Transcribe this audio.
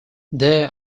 there